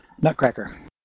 nutcracker